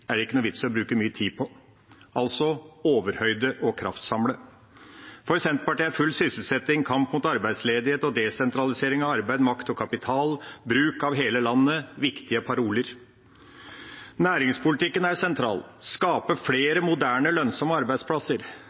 full sysselsetting, kamp mot arbeidsledighet og desentralisering av arbeid, makt og kapital og bruk av hele landet viktige paroler. Næringspolitikken er sentral – å skape flere moderne og lønnsomme arbeidsplasser.